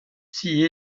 s’y